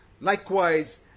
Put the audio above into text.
Likewise